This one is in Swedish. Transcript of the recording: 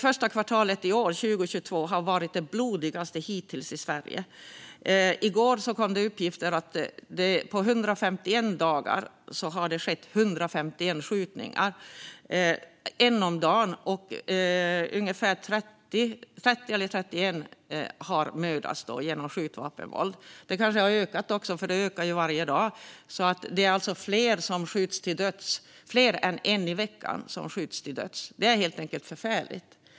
Första kvartalet i år, 2022, har varit det blodigaste hittills i Sverige. I går kom uppgifter om att det på 151 dagar skett 151 skjutningar, det vill säga en om dagen. 30 eller 31 personer har mördats genom skjutvapenvåld. Det ökar hela tiden. Det är alltså fler än en person i veckan som skjuts till döds. Detta är helt enkelt förfärligt.